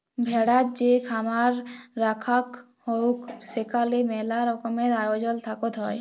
ভেড়ার যে খামার রাখাঙ হউক সেখালে মেলা রকমের আয়জল থাকত হ্যয়